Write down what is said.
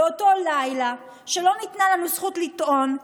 באותו לילה שבו לא ניתנה לנו זכות לטעון,